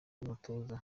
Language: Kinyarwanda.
n’umutoza